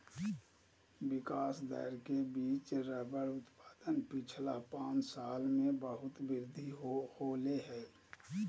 विकास दर के बिच रबर उत्पादन पिछला पाँच साल में बहुत वृद्धि होले हें